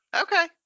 Okay